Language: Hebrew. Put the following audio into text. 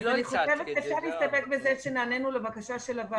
אני חושבת שאפשר להסתפק בזה שנענינו לבקשה של הוועדה.